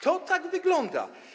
To tak wygląda.